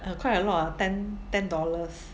uh quite a lot ah ten ten dollars